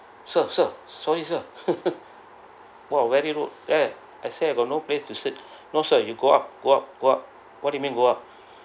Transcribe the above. sir sir sorry sir !wah! very rude there I say I've got no place to sit no sir you go up go up go up what it mean go up